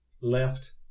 left